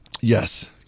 Yes